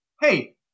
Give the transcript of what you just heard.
hey